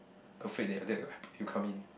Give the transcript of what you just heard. afraid that your dad will help he'll come in